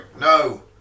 No